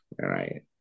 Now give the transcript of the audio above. right